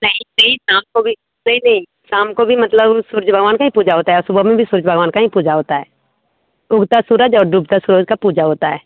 नहीं नहीं शाम को भी नहीं नहीं शाम को मतलब सूरज भगवान की ही पूजा होती है और सुबह में भी सूरज भगवान की ही पूजा होती है उगते सूरज और डूबते सूरज की पूजा होती है